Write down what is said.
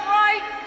right